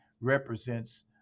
represents